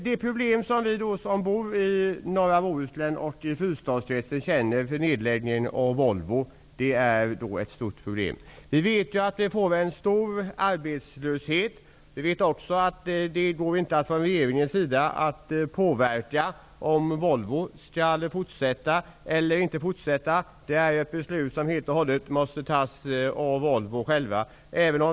Vi som bor i norra Bohuslän och fyrstadsregionen känner en stor oro inför nedläggningen av Volvo. Vi vet att det blir en stor arbetslöshet. Vi vet också att regeringen inte kan påverka om Volvo skall fortsätta eller inte. Det är ett beslut som måste fattas av företaget självt.